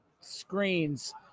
screens